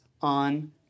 on